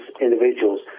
individuals